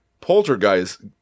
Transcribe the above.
Poltergeist